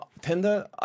Tinder